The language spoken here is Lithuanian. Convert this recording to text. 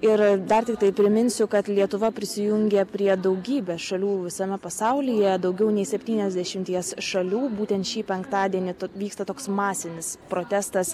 ir dar tiktai priminsiu kad lietuva prisijungė prie daugybės šalių visame pasaulyje daugiau nei septyniasdešimies šalių būtent šį penktadienį vyksta toks masinis protestas